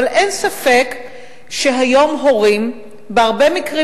אבל אין ספק שהיום הורים בהרבה מקרים